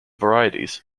varieties